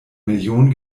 millionen